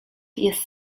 jest